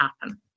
happen